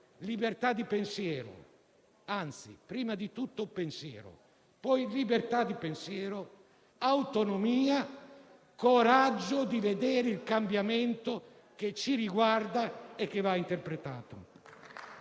libertà di pensiero; anzi, prima di tutto pensiero, poi libertà di pensiero, autonomia, coraggio di vedere il cambiamento che ci riguarda e che va interpretato.